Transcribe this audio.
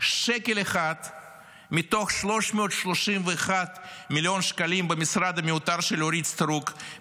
שקל אחד מתוך 331 מיליון שקלים במשרד המיותר של אורית סטרוק,